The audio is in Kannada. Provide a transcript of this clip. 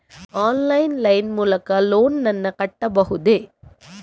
ಆನ್ಲೈನ್ ಲೈನ್ ಮೂಲಕ ಲೋನ್ ನನ್ನ ಕಟ್ಟಬಹುದೇ?